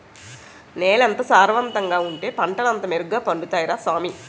నేలెంత సారవంతంగా ఉంటే పంటలంతా మెరుగ్గ పండుతాయ్ రా సామీ